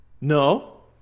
no